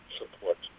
support